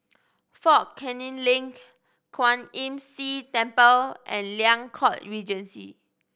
Fort Canning Link Kwan Imm See Temple and Liang Court Regency